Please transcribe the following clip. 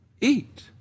eat